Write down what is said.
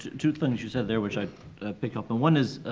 two things you said there which i pick up on. one is,